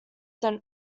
than